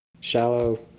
shallow